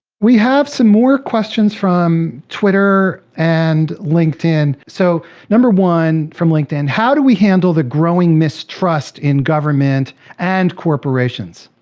we have some more questions from twitter and linkedin. so number one from linkedin, how do we handle the growing mistrust in government and corporations?